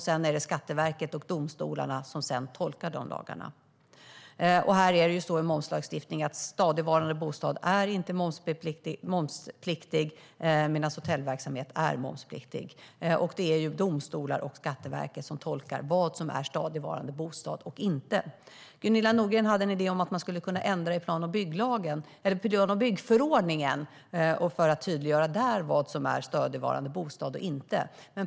Sedan är det Skatteverket och domstolarna som tolkar de lagarna. Enligt momslagstiftningen är det så att en stadigvarande bostad inte är momspliktig, medan hotellverksamhet är momspliktig. Det är domstolar och Skatteverket som tolkar vad som är stadigvarande bostad och inte. Gunilla Nordgren hade en idé om att man skulle kunna ändra i plan och byggförordningen för att där tydliggöra vad som är stadigvarande bostad och inte.